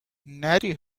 نری